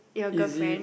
your girlfriend